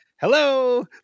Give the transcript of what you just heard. hello